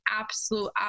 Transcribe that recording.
absolute